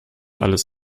alles